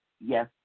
yes